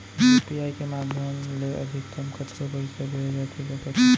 UPI के माधयम ले अधिकतम कतका पइसा भेजे जाथे सकत हे?